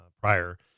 prior